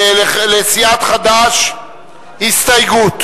יש לסיעת חד"ש הסתייגות.